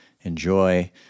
enjoy